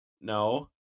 No